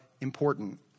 important